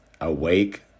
awake